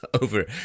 over